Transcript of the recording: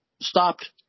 stopped